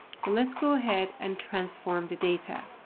so let's go ahead and transform the data.